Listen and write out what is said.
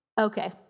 Okay